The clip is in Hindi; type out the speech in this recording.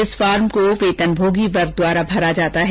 इस फार्म को वेतनभोगी वर्ग द्वारा भरा जाता है